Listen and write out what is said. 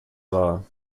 wahr